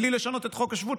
בלי לשנות את חוק השבות,